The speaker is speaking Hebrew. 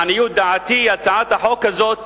לעניות דעתי הצעת החוק הזאת